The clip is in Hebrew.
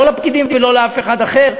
לא לפקידים ולא לאף אחר.